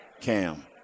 Cam